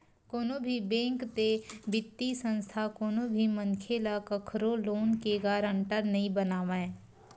कोनो भी बेंक ते बित्तीय संस्था कोनो भी मनखे ल कखरो लोन के गारंटर नइ बनावय